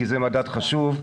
כי זה מדד חשוב,